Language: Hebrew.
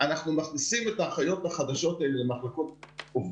ייקחו ממנו את התקנים שהוקצו עבורו.